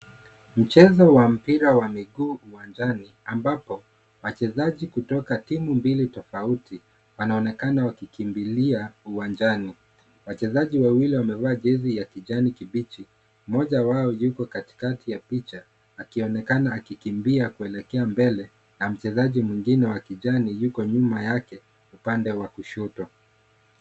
Mchezo wa mpira wa miguu uwanjani ambapo wachezaji kutoka timu mbili tofauti wanaonekana wakikimbilia uwanjani. Wachezaji wawili wamevaa jezi ya kijani kibichi; mmoja wao yuko katikati ya picha, akionekana akikimbia kuelekea mbele, na mchezaji mwingine wa kijani yuko nyuma yake, upande wa kushoto.